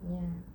ya